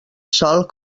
sol